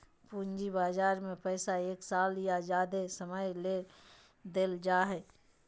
पूंजी बजार में पैसा एक साल या ज्यादे समय ले देल जाय हइ